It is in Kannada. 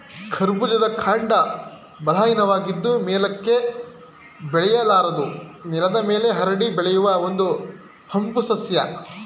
ಕರ್ಬೂಜದ ಕಾಂಡ ಬಲಹೀನವಾಗಿದ್ದು ಮೇಲಕ್ಕೆ ಬೆಳೆಯಲಾರದು ನೆಲದ ಮೇಲೆ ಹರಡಿ ಬೆಳೆಯುವ ಒಂದು ಹಂಬು ಸಸ್ಯ